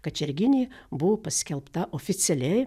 kačerginė buvo paskelbta oficialiai